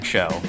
Show